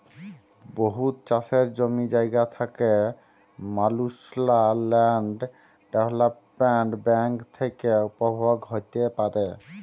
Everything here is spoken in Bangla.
বহুত চাষের জমি জায়গা থ্যাকা মালুসলা ল্যান্ড ডেভেলপ্মেল্ট ব্যাংক থ্যাকে উপভোগ হ্যতে পারে